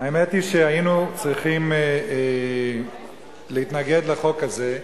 האמת היא שהיינו צריכים להתנגד לחוק הזה,